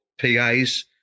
pas